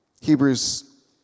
Hebrews